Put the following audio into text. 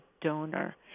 donor